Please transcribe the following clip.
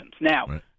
Now